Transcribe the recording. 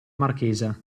marchesa